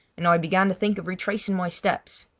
and i began to think of retracing my steps.